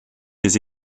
des